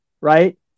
right